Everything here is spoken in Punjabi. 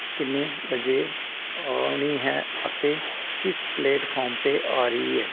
ਕਿੰਨੇ ਵਜੇ ਆਉਣੀ ਹੈ ਅਤੇ ਕਿਸ ਪਲੇਟਫੋਰਮ 'ਤੇ ਆ ਰਹੀ ਹੈ